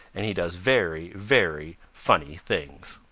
and he does very, very funny things.